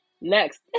next